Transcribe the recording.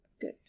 Good